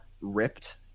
ripped